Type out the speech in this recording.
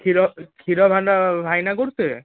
କ୍ଷୀର କ୍ଷୀର ଭାଇନା